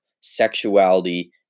sexuality